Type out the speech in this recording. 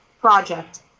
project